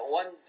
one